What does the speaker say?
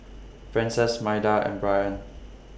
Frances Maida and Brien